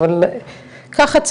אבל ככה צריך,